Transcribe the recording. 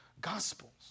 Gospels